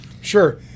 Sure